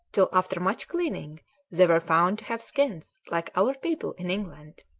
till after much cleaning they were found to have skins like our people in england.